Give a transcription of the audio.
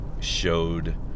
showed